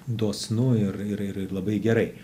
dosnų ir ir ir labai gerai